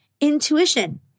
Intuition